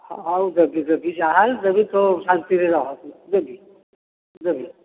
ହଁ ହଉ ଦେବି ଦେବି ଯାହାହେଲେ ଦେବି ତୁ ଶାନ୍ତିରେ ରହ ତୁ ଦେବି ଦେବି